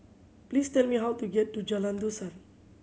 please tell me how to get to Jalan Dusan